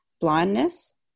blindness